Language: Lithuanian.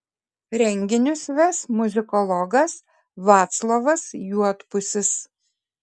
renginius ves muzikologas vaclovas juodpusis